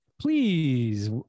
please